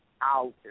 out